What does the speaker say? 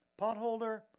Potholder